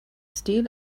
steel